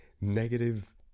negative